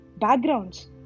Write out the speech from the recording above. backgrounds